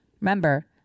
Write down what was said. remember